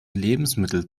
lebensmittel